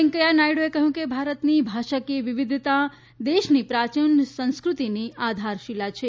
વેંકૈયા નાયડુએ કહ્યું કે ભારતની ભાષાકીય વિવિધતા દેશની પ્રાચીન સંસ્કૃતિની આધારશીલા છે